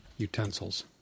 utensils